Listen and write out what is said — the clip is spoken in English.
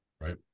Right